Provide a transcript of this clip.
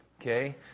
Okay